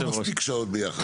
יש לנו מספיק שעות ביחד.